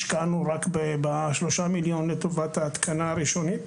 השקענו רק ב-3 מיליון לטובת ההתקנה הראשונית.